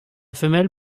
femelle